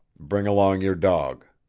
bring along your dog.